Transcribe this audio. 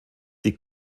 die